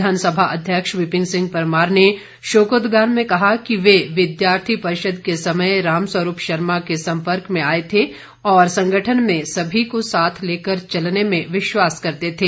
विधानसभा अध्यक्ष विपिन सिंह परमार ने शोकोद्गार में कहा कि वे विद्यार्थी परिषद के समय राम स्वरूप शर्मा के संपर्क में आए थे और संगठन में सभी को साथ लेकर चलने में विश्वास करते थे